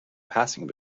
passing